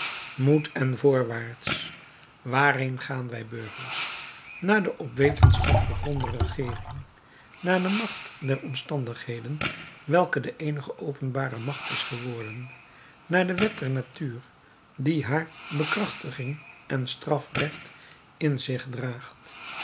moed en voorwaarts waarheen gaan wij burgers naar de op wetenschap gegronde regeering naar de macht der omstandigheden welke de eenige openbare macht is geworden naar de wet der natuur die haar bekrachtiging en strafrecht in zich draagt